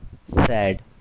Sad